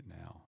now